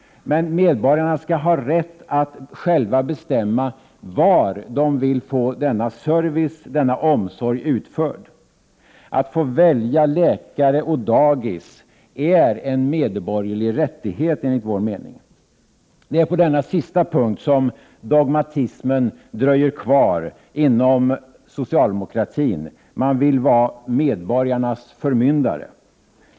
Men medborgarna skall ha rätt att själva bestämma var de vill få denna service och omsorg utförd. Att få välja läkare och dagis är enligt vår mening en medborgerlig rättighet. Det är på denna sista punkt som dogmatismen dröjer kvar inom socialdemokratin. Man vill vara medborgarnas förmyndare.